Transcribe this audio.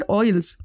oils